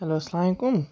hello اَسلا علیکُم